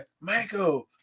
Michael